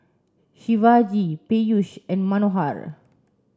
Shivaji Peyush and Manohar